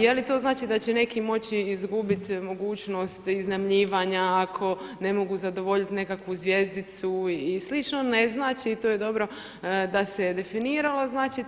Je li to znači da će neki moći izgubiti mogućnost iznajmljivanja ako ne mogu zadovoljiti nekakvu zvjezdicu i sl., ne znači i to je dobro da se definiralo, znači